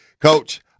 Coach